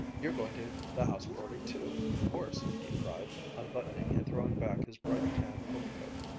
you're going to the house-party too, of course! he cried, unbuttoning and throwing back his bright tan overcoat.